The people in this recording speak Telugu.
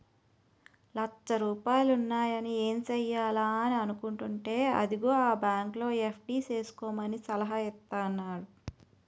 లచ్చ రూపాయలున్నాయి ఏం సెయ్యాలా అని అనుకుంటేంటే అదిగో ఆ బాంకులో ఎఫ్.డి సేసుకోమని సలహా ఇత్తన్నారు